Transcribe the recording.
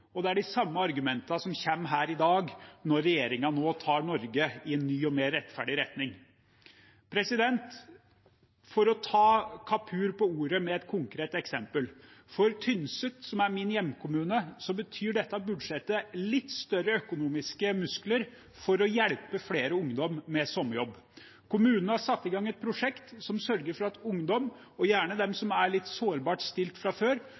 og det er de samme argumentene som kommer her i dag, når regjeringen nå tar Norge i en ny og mer rettferdig retning. For å ta Kapur på ordet med et konkret eksempel: For Tynset, som er min hjemkommune, betyr dette budsjettet litt større økonomiske muskler for å hjelpe flere ungdommer med sommerjobb. Kommunen har satt i gang et prosjekt som sørger for at ungdom, og gjerne de som er litt sårbart stilt fra før,